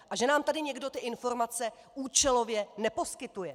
A že nám tady někdo ty informace účelově neposkytuje.